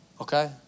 Okay